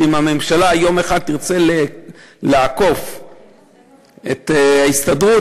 שאם הממשלה יום אחד תרצה לעקוף את ההסתדרות